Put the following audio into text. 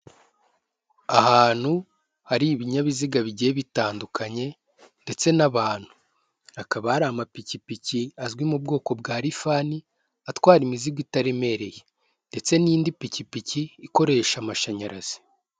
Ahantu hari ibinyabiziga bigiye bitandukanye ndetse n'abantu, hakaba hari amapikipiki azwi mu bwoko bwa lifani atwara imizigo itaremereye ndetse n'indi pikipiki ikoresha amashanyarazi.